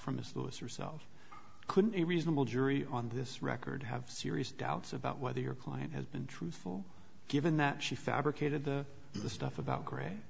from miss lewis herself couldn't a reasonable jury on this record have serious doubts about whether your client has been truthful given that she fabricated the the stuff about gray